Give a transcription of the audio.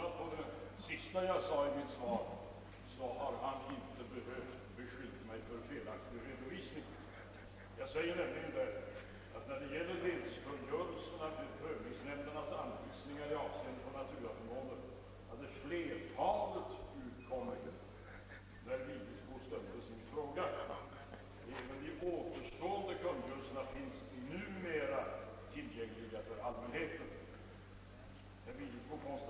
Herr talman! Om herr Vigelsbo hade lyssnat till den sista delen av mitt svar, hade han inte behövt beskylla mig för felaktig redovisning. Jag säger nämligen där: »När det gäller länskungörelserna med prövningsnämndernas anvisningar i avseende på naturaförmåner hade det stora flertalet utkommit då herr Vigelsbo ställde frågan. Även de återstående kungörelserna finns numera tillgängliga för allmänheten.» Herr Vigelsbo konstaterade att även han fått denna kungörelse i måndags.